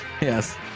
Yes